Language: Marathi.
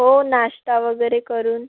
हो नाष्टा वगैरे करून